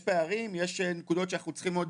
יש פערים, יש נקודות שאנחנו צריכים עוד